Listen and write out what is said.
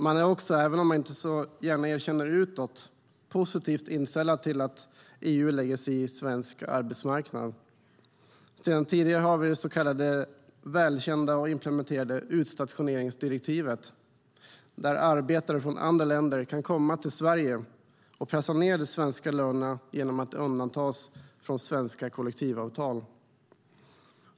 Man är också, även om man inte så gärna erkänner det utåt, positivt inställd till att EU lägger sig i svensk arbetsmarknad. Sedan tidigare har vi det välkända och redan implementerade utstationeringsdirektivet, som innebär att arbetare från andra länder kan komma till Sverige och pressa ned de svenska lönerna genom att de undantas från svenska kollektivavtal.